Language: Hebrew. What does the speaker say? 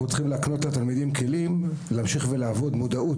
אנחנו צריכים להקנות לתלמידים כלים להמשיך לעבוד ומודעות.